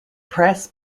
press